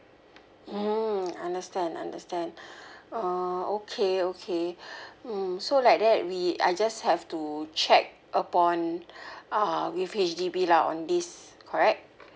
mm understand understand uh okay okay mm so like that we I just have to check upon uh with H_D_B lah on this correct